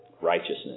righteousness